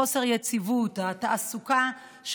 חוסר היציבות בתעסוקה,